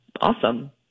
awesome